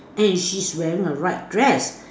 and she's wearing a white dress